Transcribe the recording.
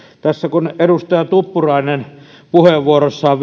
kun tässä edustaja tuppurainen puheenvuorossaan